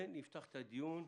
ונפתח את הדיון.